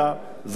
זה לא החשוב,